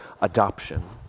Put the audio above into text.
adoption